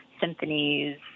symphonies